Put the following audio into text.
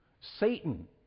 Satan